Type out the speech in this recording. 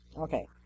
Okay